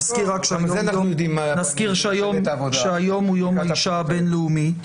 אני רק מזכיר שהיום הוא יום האישה הבין-לאומי,